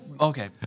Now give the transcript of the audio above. okay